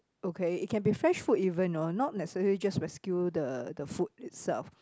okay it can be fresh food even you know not necessary just rescue the the food itself